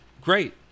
Great